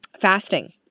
Fasting